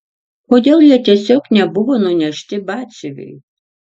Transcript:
kodėl jie tiesiog nebuvo nunešti batsiuviui